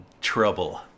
trouble